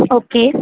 okay